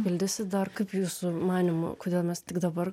pildysit dar kaip jūsų manymu kodėl mes tik dabar